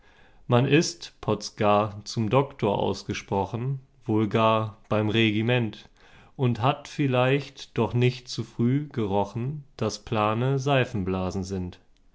getan man ist potz gar zum doktor ausgesprochen wohl gar beim regiment und hat vielleicht doch nicht zu früh gerochen daß plane seifenblasen sind